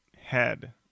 Head